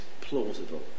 plausible